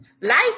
Life